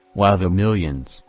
while the millions,